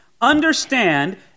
understand